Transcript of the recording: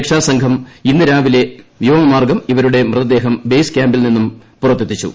രക്ഷാസംഘം ഇന്ന് രാവിലെ വ്യോമമാർഗ്ഗം ഇവരുടെ മൃതദേഹം ബെയ്സ് ക്യാമ്പിൽ നിന്നും പുറത്തെത്തിച്ചു